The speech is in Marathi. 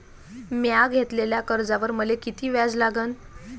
म्या घेतलेल्या कर्जावर मले किती व्याज लागन?